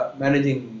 managing